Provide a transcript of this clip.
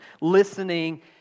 listening